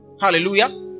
Hallelujah